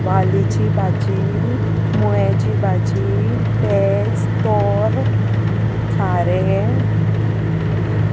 वालीची भाजी मुळ्याची भाजी पेज तोर खारें